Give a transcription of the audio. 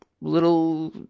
little